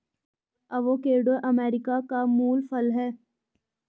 avocado America का मूल फल है